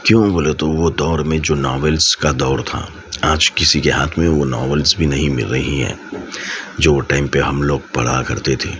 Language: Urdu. کیوں بولے تو وہ دور میں ناولز کا دور تھا آج کسی کے ہاتھ میں وہ ناولز بھی نہیں مل رہی ہے جو وہ ٹائم پہ ہم لوگ پڑھا کرتے تھے